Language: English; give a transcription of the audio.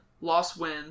Loss-win